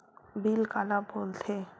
Bill काला बोल थे?